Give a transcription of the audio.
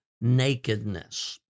nakedness